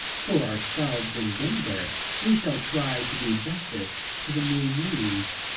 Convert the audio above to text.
for ourselves in denver, we shall try to do justice to the new muse.